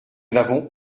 n’avons